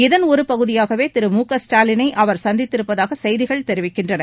இதன் ஒருபகுதியாகவே திரு மு க ஸ்டாலினை அவர் சந்தித்திருப்பதாக செய்திகள் தெரிவிக்கின்றன